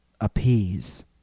Appease